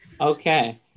Okay